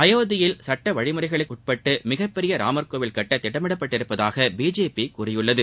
அயோத்தியில் சட்ட வழிமுறைகளுக்குட்பட்டு மிகப்பெரிய ராமர்கோவில் கட்ட திட்டமிடப்பட்டுள்ளதாக பிஜேபி கூறியுள்ளது